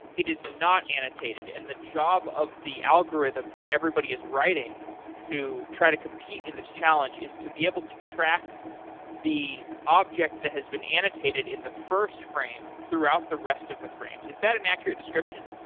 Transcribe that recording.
it is not annotated, and the job of the algorithm that everybody is writing to try to compete in this challenge is to be able to track the object that has been annotated annotated in the first frame throughout the rest of the frames. is that an accurate description?